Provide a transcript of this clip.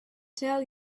tell